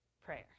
prayer